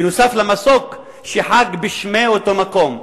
נוסף על מסוק שחג בשמי אותו מקום,